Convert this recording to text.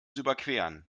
überqueren